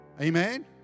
Amen